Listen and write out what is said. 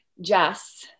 Jess